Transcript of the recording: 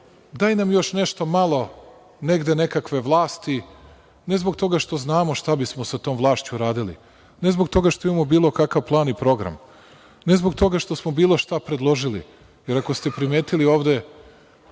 daj nam još nešto malo negde nekakve vlasti, ne zbog toga što znamo šta bismo sa tom vlašću uradili, ne zbog toga što imamo bilo kakav plan i program, ne zbog toga što smo bilo šta predložili, jer, ako ste primetili ovde,